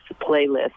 playlist